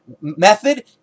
method